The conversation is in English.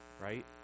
right